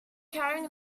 carrying